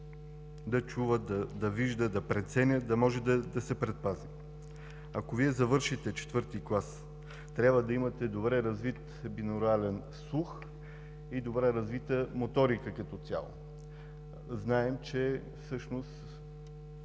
да чува, да вижда, да преценява, да може да се предпази. Ако Вие завършите IV клас, трябва да имате добре развит бинурален слух и добре развита моторика като цяло. Знаем, че всъщност